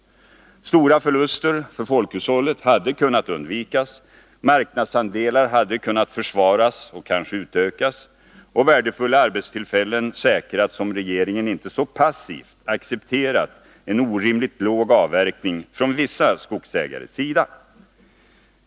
Stora förluster för folkhushållet hade kunnat undvikas, marknadsandelar hade kunnat försvaras och kanske utökas och värdefulla arbetstillfällen hade kunnat säkras, om inte regeringen så passivt hade accepterat en orimligt låg avverkning från vissa skogsägares sida.